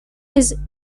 his